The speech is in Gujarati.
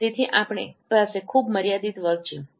તેથી આપણી પાસે ખૂબ મર્યાદિત વર્ગ છે